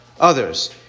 others